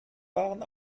waren